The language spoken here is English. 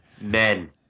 Men